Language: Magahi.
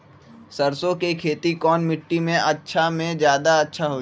सरसो के खेती कौन मिट्टी मे अच्छा मे जादा अच्छा होइ?